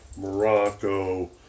Morocco